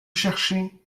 cherchez